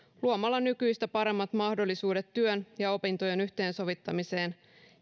luomalla nykyistä paremmat mahdollisuudet työn ja opintojen yhteensovittamiseen